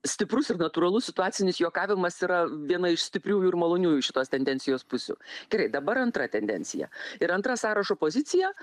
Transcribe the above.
stiprus ir natūralus situacinis juokavimas yra viena iš stipriųjų ir maloniųjų šitos tendencijos pusių gerai dabar antra tendencija ir antra sąrašo pozicija